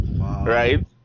right